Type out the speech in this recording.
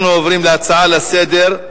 אנחנו עוברים לנושא הבא בסדר-היום: